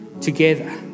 together